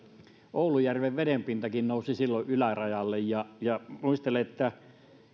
oulujärven vedenpintakin nousi silloin ylärajalle muistelen että